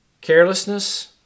Carelessness